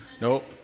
Nope